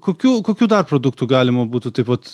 kokių kokių dar produktų galima būtų taip vat